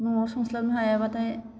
न'आव संस्लाबनो हायाबाथाय